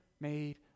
made